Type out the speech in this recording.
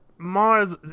Mars